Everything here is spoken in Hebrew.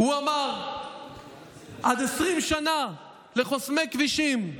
הוא אמר: עד 20 שנה לחוסמי כבישים.